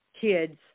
kids